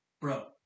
Bro